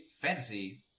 fantasy